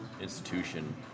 institution